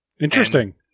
Interesting